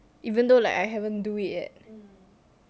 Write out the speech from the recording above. even though like I haven't do it yet